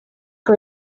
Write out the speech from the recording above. for